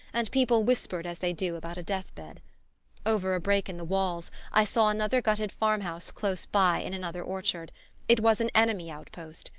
and people whispered as they do about a death-bed. over a break in the walls i saw another gutted farmhouse close by in another orchard it was an enemy outpost,